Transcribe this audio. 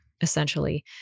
essentially